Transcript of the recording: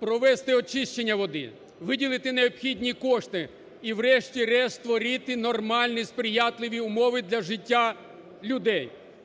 провести очищення води, виділити необхідні кошти і врешті-решт створити нормальні сприятливі умови для життя людей.